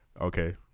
Okay